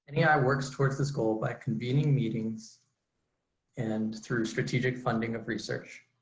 and nei works towards this goal by convening meetings and through strategic funding of research.